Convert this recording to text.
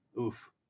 oof